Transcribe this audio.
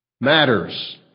matters